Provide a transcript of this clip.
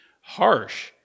harsh